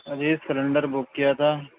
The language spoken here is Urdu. جی سلینڈر بک کیا تھا